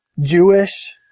Jewish